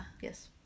Yes